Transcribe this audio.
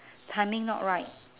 timing not right